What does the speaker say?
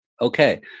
Okay